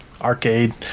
arcade